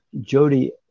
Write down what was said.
Jody